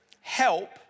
help